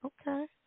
okay